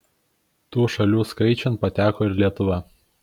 tų šalių skaičiun pateko ir lietuva